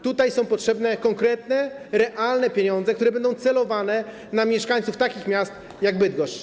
Tutaj są potrzebne konkretne, realne pieniądze, które będą kierowane do mieszkańców takich miast jak Bydgoszcz.